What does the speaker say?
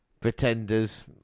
pretenders